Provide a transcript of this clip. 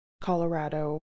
colorado